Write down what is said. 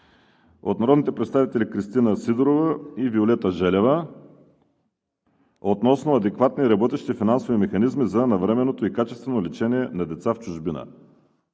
от народните представители Кристина Сидорова и Виолета Желева относно адекватни и работещи финансови механизми за навременното и качествено лечение на деца в чужбина.